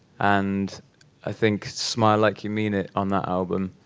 and i think smile like you mean it on that album,